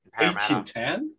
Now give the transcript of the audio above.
1810